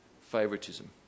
favoritism